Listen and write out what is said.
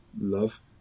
Love